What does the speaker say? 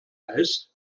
heißt